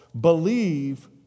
believe